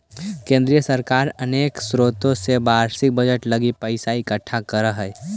केंद्र सरकार अनेक स्रोत से वार्षिक बजट लगी पैसा इकट्ठा करऽ हई